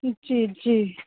जी जी